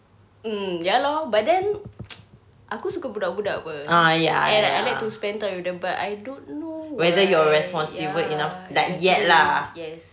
mm ya lor but then aku suka budak-budak apa and I like to spend time with them but I don't know right ya yes